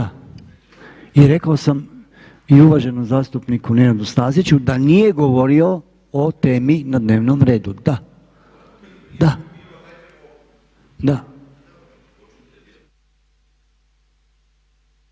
I rekao sam i uvaženom zastupniku Nenadu Staziću da nije govorio o temi na dnevnom redu. Da, da.